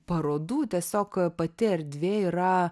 parodų tiesiog pati erdvė yra